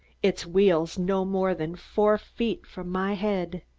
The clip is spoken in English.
its wheels no more than four feet from my head.